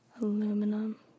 Aluminum